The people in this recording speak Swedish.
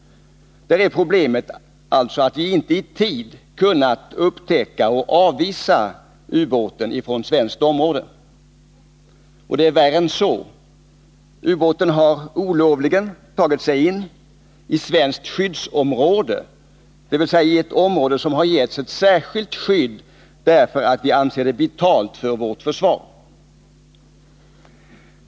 Problemet i det avseendet är att viinteitid kunnat upptäcka båten och avvisa den från svenskt område. Det är värre än så. Ubåten har olovligen tagit sig in på svenskt skyddsområde, dvs. in i ett område som getts särskilt skydd därför att det anses vitalt för vårt försvar.